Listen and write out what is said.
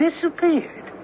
Disappeared